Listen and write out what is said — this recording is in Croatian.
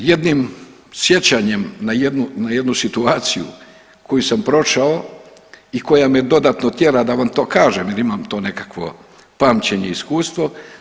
Sa jednim sjećanjem na jednu situaciju koju sam prošao i koja me dodatno tjera da vam to kažem jer imam to nekakvo pamćenje, iskustvo.